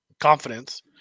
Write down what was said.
confidence